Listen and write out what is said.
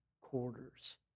quarters